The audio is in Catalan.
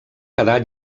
quedar